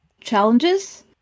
challenges